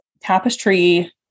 tapestry